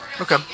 Okay